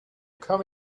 come